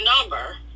number